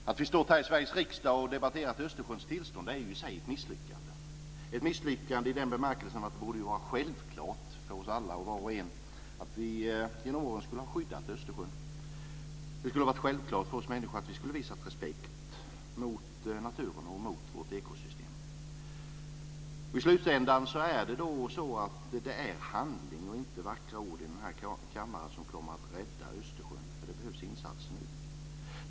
Fru talman! Att vi står här i Sveriges riksdag och debatterar Östersjöns tillstånd är i sig ett misslyckande, ett misslyckande i den bemärkelsen att det ju borde vara självklart för oss alla att vi genom åren skulle ha skyddat Östersjön och visat respekt för naturen och vårt ekosystem. I slutändan är det handling och inte vackra ord i den här kammaren som kommer att rädda Östersjön, eftersom det behövs insatser nu.